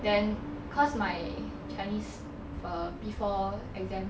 then cause my chinese for P four exam